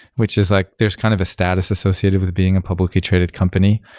which is like there's kind of a status associated with being a publicly traded company.